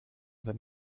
beim